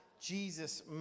Jesus